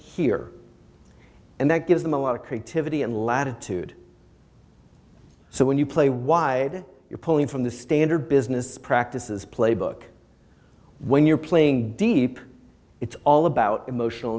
here and that gives them a lot of creativity and latitude so when you play wide you're pulling from the standard business practices playbook when you're playing deep it's all about emotional